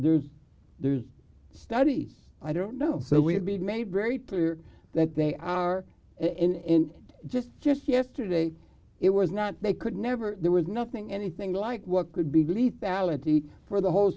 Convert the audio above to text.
there's there's studies i don't know that we have been made very clear that they are and just just yesterday it was not they could never there was nothing anything like what could be the lethality for the whole